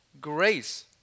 grace